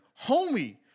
homie